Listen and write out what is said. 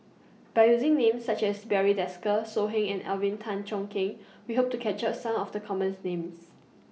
By using Names such as Barry Desker So Heng and Alvin Tan Cheong Kheng We Hope to capture Some of The commons Names